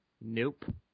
Nope